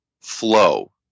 flow